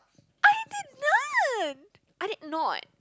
I didn't I did not